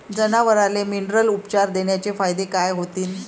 जनावराले मिनरल उपचार देण्याचे फायदे काय होतीन?